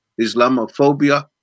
Islamophobia